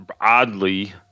oddly